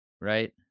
right